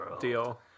deal